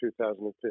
2015